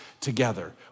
together